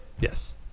Yes